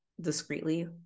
discreetly